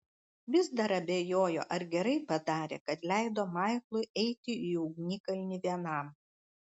vis dar abejojo ar gerai padarė kad leido maiklui eiti į ugnikalnį vienam